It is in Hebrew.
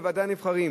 בוודאי הנבחרים.